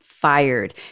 fired